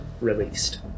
released